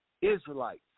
Israelites